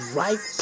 right